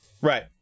Right